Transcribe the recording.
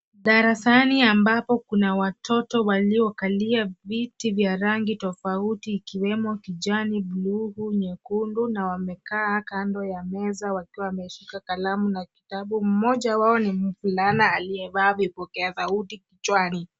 Darasani ambapo kuna watoto waliokalia viti vya rangi tofauti ikiwemo kijani, buluu, nyekundu na wamekaa kando ya meza wakiwa wameshika kalamu na kitabu. Mmoja wao ni mvulana aliyevaa vipokea sauti kichwani.